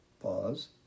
pause